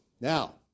Now